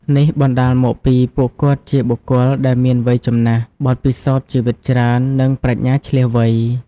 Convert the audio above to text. នេះបណ្ដាលមកពីពួកគាត់ជាបុគ្គលដែលមាន វ័យចំណាស់ បទពិសោធន៍ជីវិតច្រើន និងប្រាជ្ញាឈ្លាសវៃ។